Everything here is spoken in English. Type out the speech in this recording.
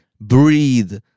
breathe